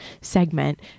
segment